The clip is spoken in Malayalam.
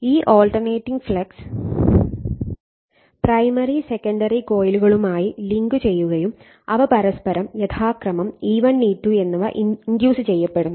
ഈ ആൾട്ടർനേറ്റിംഗ് ഫ്ലക്സ് പ്രൈമറി സെക്കൻഡറി കോയിലുകളുമായി ലിങ്കു ചെയ്യുകയും അവ പരസ്പരം യഥാക്രമം E1 E2 എന്നിവ ഇൻഡ്യൂസ് ചെയ്യുന്നു